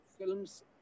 films